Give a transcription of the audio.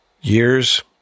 years